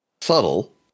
subtle